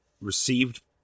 received